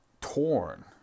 torn